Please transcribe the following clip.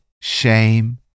shame